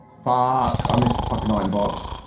fuck i missed the fucking iron box.